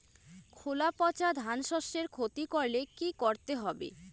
খোলা পচা ধানশস্যের ক্ষতি করলে কি করতে হবে?